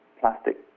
plastic